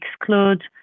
exclude